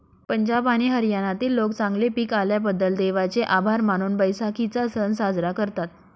पंजाब आणि हरियाणातील लोक चांगले पीक आल्याबद्दल देवाचे आभार मानून बैसाखीचा सण साजरा करतात